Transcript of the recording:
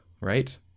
right